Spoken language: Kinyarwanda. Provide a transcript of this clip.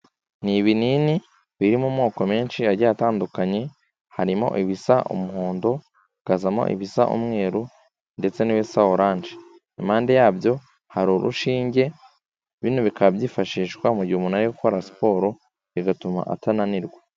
Ni ibinini biri mu moko menshi agiye atandukanye, harimo ibisa umuhondo, hakazamo ibisa umweru ndetse n'ibisa oranje. Impande yabyo hari urushinge, bino bikaba byifashishwa mu gihe umuntu ari gukora siporo bigatuma atananirwa.